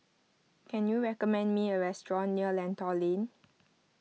can you recommend me a restaurant near Lentor Lane